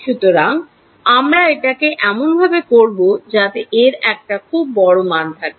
সুতরাং আমরা এটাকে এমন ভাবে করব যাতে এর একটা খুব বড় মানে থাকে